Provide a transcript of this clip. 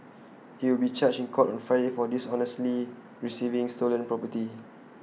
he will be charged in court on Friday for dishonestly receiving stolen property